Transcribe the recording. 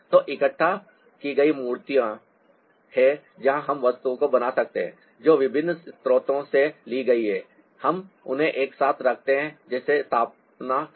तो इकट्ठा की गई मूर्तियां हैं जहां हम वस्तुओं को बना सकते हैं जो विभिन्न स्रोतों से ली गई हैं और हम उन्हें एक साथ रखते हैं जैसे स्थापना कला